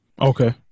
Okay